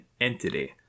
entity